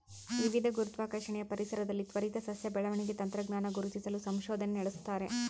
ವಿವಿಧ ಗುರುತ್ವಾಕರ್ಷಣೆಯ ಪರಿಸರದಲ್ಲಿ ತ್ವರಿತ ಸಸ್ಯ ಬೆಳವಣಿಗೆ ತಂತ್ರಜ್ಞಾನ ಗುರುತಿಸಲು ಸಂಶೋಧನೆ ನಡೆಸ್ತಾರೆ